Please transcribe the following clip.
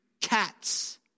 Cats